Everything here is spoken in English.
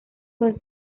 was